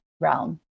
realm